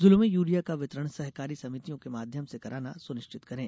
जिलों में यूरिया का वितरण सहकारी समितियों के माध्यम से कराना सुनिश्चित करें